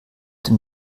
dem